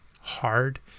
hard